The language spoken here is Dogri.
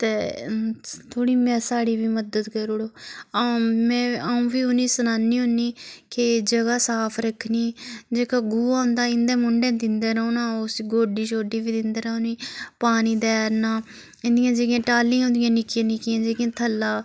ते थोह्ड़ी नेईं साढ़ी बी मदद करुड़ो आंं'ऊ में आ'ऊं फ्ही उनें गी सनानी होन्नी कि जगह साफ रक्खनी जेह्का गोहा होंदा इं'दे मुंडें दिंदे रौंदे रौह्ना उसी गोड्डी छोड्डी बी दिंदे रौह्नी पानी दैयै'रना इंदियां जेह्कियां टालियां होंदियां निक्कियां निक्कियां जेह्कियां थल्ला